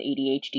ADHD